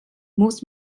muss